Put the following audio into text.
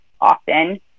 often